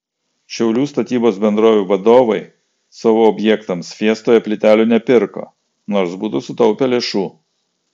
šiaulių statybos bendrovių vadovai savo objektams fiestoje plytelių nepirko nors būtų sutaupę lėšų